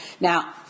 Now